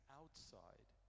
outside